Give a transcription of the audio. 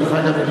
דרך אגב,